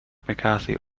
mccarthy